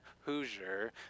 Hoosier